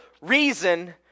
reason